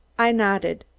i nodded.